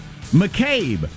McCabe